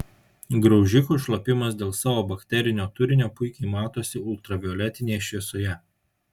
graužikų šlapimas dėl savo bakterinio turinio puikiai matosi ultravioletinėje šviesoje